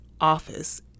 office